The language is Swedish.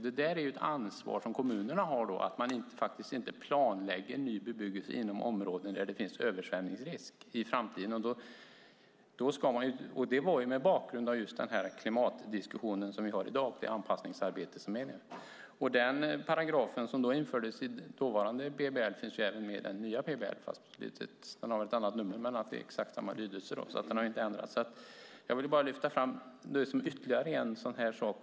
Det är ett ansvar som kommunerna har att inte planlägga ny bebyggelse inom områden där det är översvämningsrisk i framtiden. Det var mot bakgrund av klimatdiskussionen och anpassningsarbetet. Den paragraf som infördes i den dåvarande PBL finns med även i den nya PBL; den har ett annat nummer men exakt samma lydelse. Jag vill lyfta fram det som ytterligare en åtgärd.